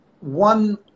one